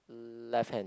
uh left hand